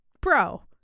bro